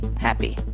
happy